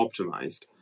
optimized